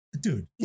Dude